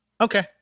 Okay